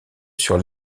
sur